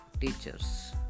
teachers